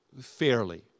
fairly